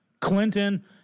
Clinton